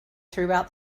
throughout